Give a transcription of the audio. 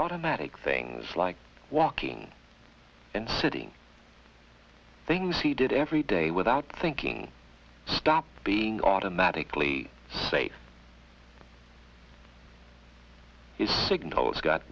automatic things like walking in city things he did every day without thinking stop being automatically safe is signals got